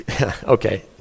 Okay